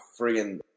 friggin